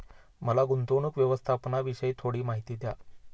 मला गुंतवणूक व्यवस्थापनाविषयी थोडी माहिती द्या